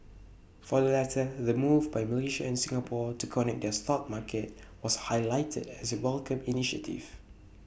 for the latter the move by Malaysia and Singapore to connect their stock markets was highlighted as A welcomed initiative